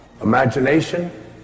imagination